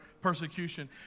persecution